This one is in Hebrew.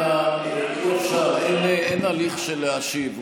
ראש הממשלה, אנא, אי-אפשר, אין הליך של להשיב.